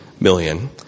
million